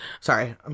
Sorry